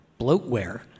bloatware